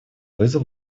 вызов